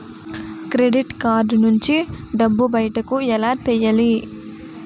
Credit card నుంచి డబ్బు బయటకు ఎలా తెయ్యలి?